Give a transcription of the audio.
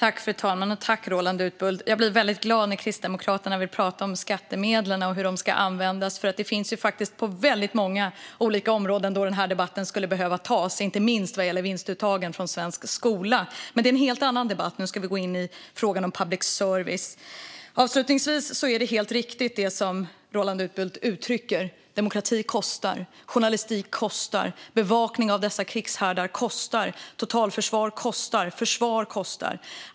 Fru talman! Tack, Roland Utbult! Jag blir väldigt glad när Kristdemokraterna vill tala om skattemedlen och hur de ska användas. Det finns väldigt många olika områden där den debatten skulle behöva tas. Det gäller inte minst vinstuttagen från svensk skola. Men det är en helt annan debatt. Nu ska vi gå in på frågan om public service. Avslutningsvis är det helt riktigt som Roland Utbult uttrycker. Demokrati kostar, journalistik kostar och bevakning av dessa krigshärdar kostar. Totalförsvar kostar, och försvar kostar.